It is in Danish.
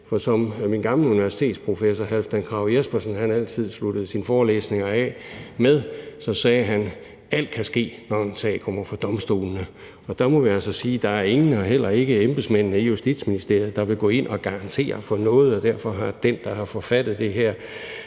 for som min gamle universitetsprofessor Halfdan Krag Jespersen altid sluttede sine forelæsninger af med at sige: Alt kan ske, når en sag kommer for domstolene. Og der må vi altså sige, at der er ingen, heller ikke embedsmændene i Justitsministeriet, der vil gå ind og garantere for noget, og derfor har den, der har forfattet det her,